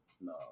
no